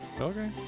Okay